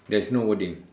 there's no wording